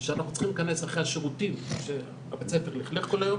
שאנחנו צריכים להיכנס לשירותים שהבית ספר לכלך כל היום.